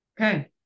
Okay